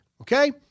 Okay